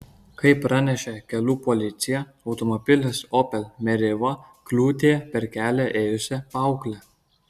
kaip pranešė kelių policija automobilis opel meriva kliudė per kelią ėjusią paauglę